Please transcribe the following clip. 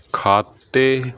ਖਾਤੇ